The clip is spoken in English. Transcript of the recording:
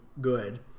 good